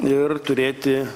ir turėti